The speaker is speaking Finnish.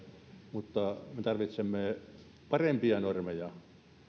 mutta me tarvitsemme parempia normeja